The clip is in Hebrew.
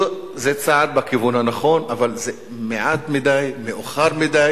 זה צעד בכיוון הנכון, אבל זה מעט מדי ומאוחר מדי.